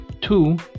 Two